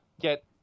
get